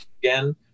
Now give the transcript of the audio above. again